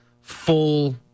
full